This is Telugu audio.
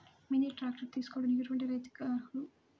మినీ ట్రాక్టర్ తీసుకోవడానికి ఎటువంటి రైతులకి అర్హులు?